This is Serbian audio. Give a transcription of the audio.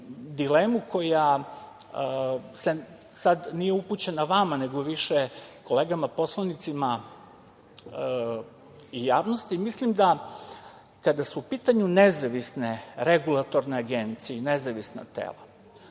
dilemu koja sad nije upućena vama nego više kolegama poslanicima i javnosti. Mislim da, kada su u pitanju nezavisne regulatorne agencije i nezavisna tela,